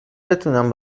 بتونم